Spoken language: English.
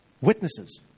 witnesses